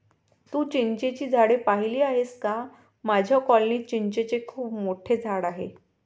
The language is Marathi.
तू चिंचेची झाडे पाहिली आहेस का माझ्या कॉलनीत चिंचेचे खूप मोठे झाड आहे